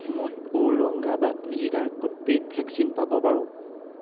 মই ঔৰংগাবাদ জিলাৰ ক'ত পে'ইড ভেকচিন পাব পাৰোঁ